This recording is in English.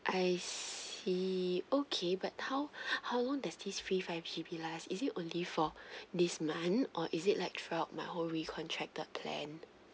I see okay but how how long does this free five G_B lasts is it only for this month or is it like throughout my whole contracted plan